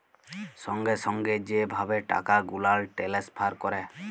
সঙ্গে সঙ্গে যে ভাবে টাকা গুলাল টেলেসফার ক্যরে